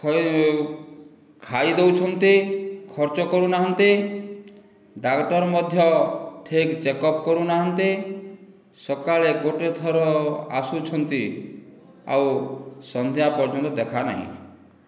ଖାଇ ଦେଉଛନ୍ତି ଖର୍ଚ୍ଚ କରୁ ନାହାନ୍ତି ଡାକ୍ତର ମଧ୍ୟ ଠିକ୍ ଚେକପ୍ କରୁ ନାହାନ୍ତି ସକାଳେ ଗୋଟିଏ ଥର ଆସୁଛନ୍ତି ଆଉ ସନ୍ଧ୍ୟା ପର୍ଯ୍ୟନ୍ତ ଦେଖା ନାହିଁ